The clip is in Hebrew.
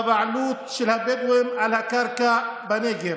בבעלות, של הבדואים על הקרקע בנגב.